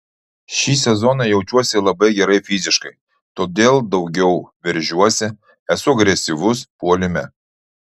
šį sezoną jaučiuosi labai gerai fiziškai todėl daugiau veržiuosi esu agresyvus puolime